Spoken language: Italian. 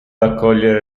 accogliere